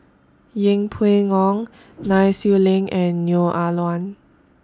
Yeng Pway Ngon Nai Swee Leng and Neo Ah Luan